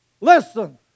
Listen